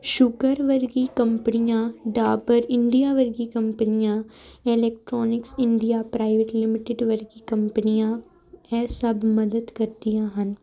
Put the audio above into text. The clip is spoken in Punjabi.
ਸ਼ੂਗਰ ਵਰਗੀ ਕੰਪਨੀਆਂ ਡਾਬਰ ਇੰਡੀਆ ਵਗਰੀ ਕੰਪਨੀਆਂ ਇਲੈਕਟ੍ਰੋਨਿਕਸ ਇੰਡੀਆ ਪ੍ਰਾਈਵੇਟ ਲਿਮਿਟਡ ਵਰਗੀ ਕੰਪਨੀਆਂ ਇਹ ਸਭ ਮਦਦ ਕਰਦੀਆਂ ਹਨ